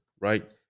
right